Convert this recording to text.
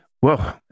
Whoa